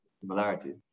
Similarity